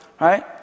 right